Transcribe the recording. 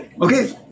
Okay